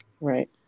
Right